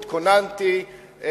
התכוננתי,